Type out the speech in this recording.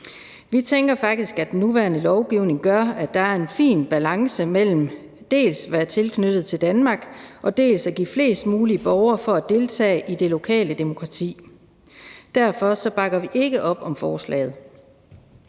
Vi tænker faktisk, at den nuværende lovgivning gør, at der er en fin balance mellem, dels at man skal være tilknyttet Danmark, dels at vi giver flest mulige borgere mulighed for at deltage i det lokale demokrati. Derfor bakker vi ikke op om forslaget.